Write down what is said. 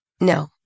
No